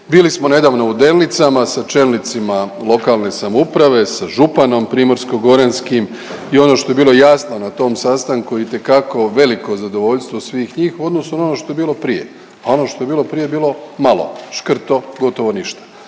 Bili smo nedavno u Delnicama sa čelnicima lokalne samouprave, sa županom primorsko-goranskim i ono što je bilo jasno na tom sastanku itekako veliko zadovoljstvo svih njih u odnosu na ono što je bilo prije, a ono što je bilo prije je bilo malo, škrto, gotovo ništa.